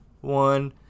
one